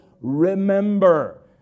remember